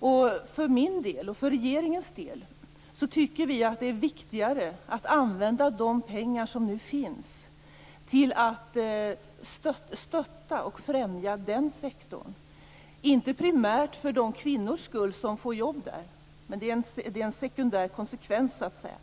Vi i regeringen tycker att det är viktigare att använda de pengar som nu finns till att stötta och främja den sektorn, inte primärt för de kvinnors skull som får jobb där - det är en sekundär konsekvens